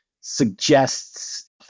suggests